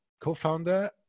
co-founder